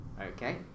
Okay